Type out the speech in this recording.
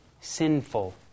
sinful